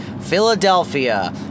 Philadelphia